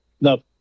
no